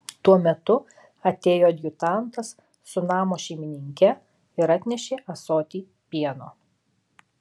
tuo metu atėjo adjutantas su namo šeimininke ir atnešė ąsotį pieno